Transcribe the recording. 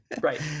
Right